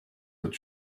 that